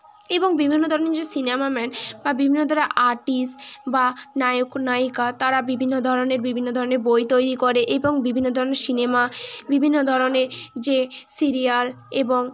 এবং বিভিন্ন ধরনের যে সিনেমা ম্যান বা বিভিন্ন ধরনের আর্টিস্ট বা নায়ক নায়িকা তারা বিভিন্ন ধরনের বিভিন্ন ধরনের বই তৈরি করে এবং বিভিন্ন ধরনের সিনেমা বিভিন্ন ধরনের যে সিরিয়াল এবং